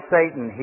Satan